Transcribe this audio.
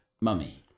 Mummy